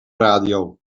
radio